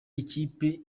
ikipe